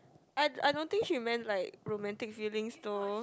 I I don't think she meant like romantic feelings though